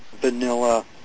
vanilla